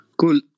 Cool